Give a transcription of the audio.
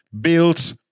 built